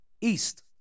East